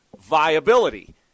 viability